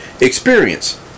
experience